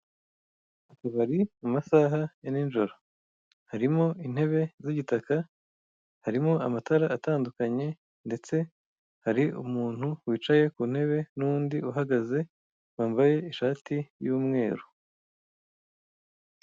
Utubari mu masaha ya ni njoro, harimo intebe z'igitaka, harimo amatara atandukanye ndetse hari umuntu wicaye ku ntebe n'undi uhagaze wambaye ishati y'umweru.